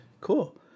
Cool